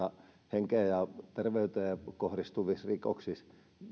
henkeen ja terveyteen kohdistuvissa rikoksissa